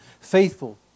Faithful